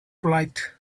light